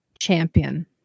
champion